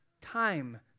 time